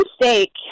mistake